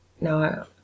no